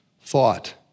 thought